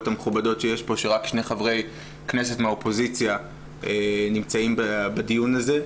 המכובדות שיש פה שרק שני חברי כנסת מהאופוזיציה נמצאים בדיון הזה,